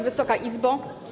Wysoka Izbo!